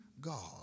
God